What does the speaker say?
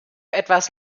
etwas